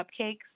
cupcakes